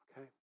okay